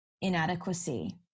inadequacy